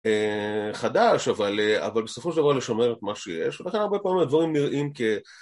חדש אבל בסופו של דבר לשמר את מה שיש, ולכן הרבה פעמים הדברים נראים כ...